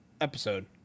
episode